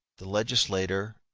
the legislator,